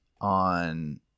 on